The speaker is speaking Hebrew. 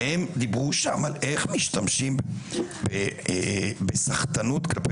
והם דיברו שם על איך משתמשים בסחטנות כלפי